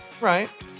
right